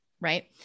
right